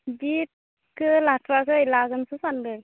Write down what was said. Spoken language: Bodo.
बि एद खौ लाथ'वाखै लागोनसो सान्दों